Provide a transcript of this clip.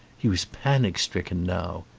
he was panic-stricken now.